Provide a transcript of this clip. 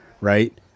right